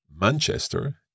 Manchester